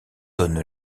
donne